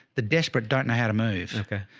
the desperate don't know how to move. okay.